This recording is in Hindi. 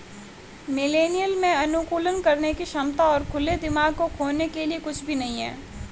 मिलेनियल में अनुकूलन करने की क्षमता और खुले दिमाग को खोने के लिए कुछ भी नहीं है